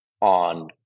on